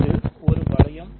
இது ஒரு வளையம்